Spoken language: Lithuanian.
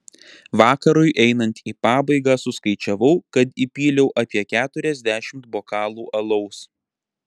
vakarui einant į pabaigą suskaičiavau kad įpyliau apie keturiasdešimt bokalų alaus